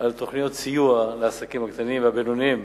על תוכניות סיוע לעסקים הקטנים והבינוניים.